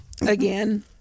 again